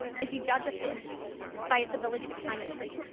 if you judge a fish by its ability to climb a tree,